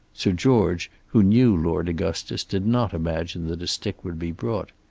sir george who knew lord augustus did not imagine that a stick would be brought.